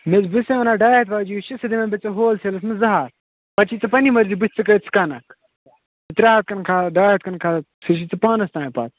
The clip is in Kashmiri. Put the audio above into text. نہ حظ بہٕ چھُسےَ وَنان ڈاے ہَتھ واجیٚنۍ یۅس چھِ سۄ دِمٕے بہٕ ژےٚ ہوٚل سیٚلَس منٛز زٕ ہَتھ پَتہٕ چھےٚ ژےٚ پَنٕنۍ مَرضی بُتھِ ژٕ کۭتِس کٕنَکھ ترٛےٚ ہَتھ کٕنکھا ڈاے ہَتھ کٕنکھا سُہ چھُے ژےٚ پانَس تام پَتہٕ